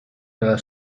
nella